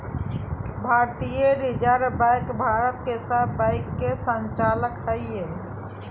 भारतीय reserve bank Bharat के सब बैंक के संचालक हइ